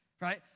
right